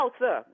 sir